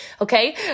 okay